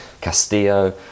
Castillo